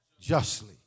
Justly